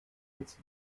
als